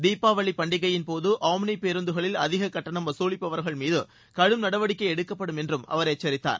தீபாவளிப் பண்டிகையின்போது ஆம்னி பேருந்துகளில் அதிகக் கட்டணம் வசூலிப்பவர்கள் மீது கடும் நடவடிக்கை எடுக்கப்படும் என்றும் அவர் எச்சரித்தார்